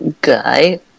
Guy